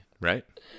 right